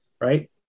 right